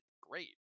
Great